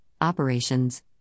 operations